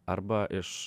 arba iš